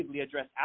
address